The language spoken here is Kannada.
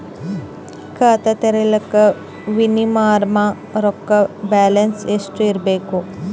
ಖಾತಾ ತೇರಿಲಿಕ ಮಿನಿಮಮ ರೊಕ್ಕ ಬ್ಯಾಲೆನ್ಸ್ ಎಷ್ಟ ಇರಬೇಕು?